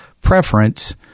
preference